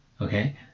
Okay